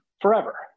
forever